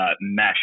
mesh